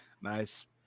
Nice